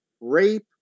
rape